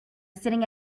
sitting